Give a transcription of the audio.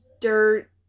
dirt